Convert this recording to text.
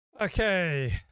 Okay